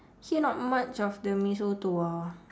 here not much of the mee soto ah